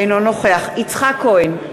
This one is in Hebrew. אינו נוכח יצחק כהן,